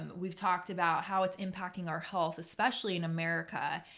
and we've talked about how it's impacting our health, especially in america.